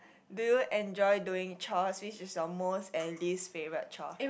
do you enjoy doing chores which is your most and least favourite chore